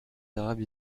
arabes